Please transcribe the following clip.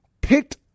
picked